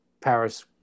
Paris